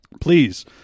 please